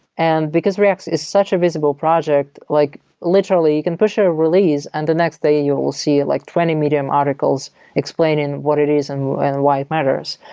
and because react is such a visible project, like literally you can push a release and the next day you will will see like twenty medium articles explaining what it is and why it matters.